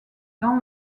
dans